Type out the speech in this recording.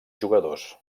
jugadors